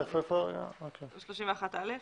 ב-31(א).